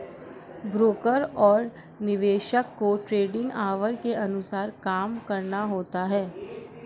broker और निवेशक को ट्रेडिंग ऑवर के अनुसार काम करना होता है